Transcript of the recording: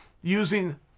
using